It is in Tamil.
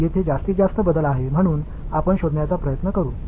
எனவே இது இங்கே அதிகபட்சத்தை மாற்றப் போகிறது எனவே அதைக் கண்டுபிடிக்க முயற்சிப்போம்